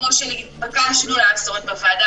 כמו שהתבקשנו לעשות בוועדה,